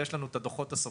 יש לנו את הדוחות הסופיים.